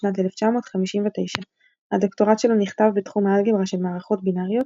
בשנת 1959. הדוקטורט שלו נכתב בתחום האלגברה של מערכות בינאריות,